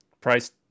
price